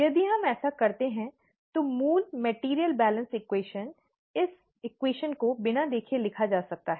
यदि हम ऐसा करते हैं तो मूल मेटेरियल बैलेंस समीकरण इस समीकरण को बिना देखे लिखा जा सकता है